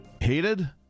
hated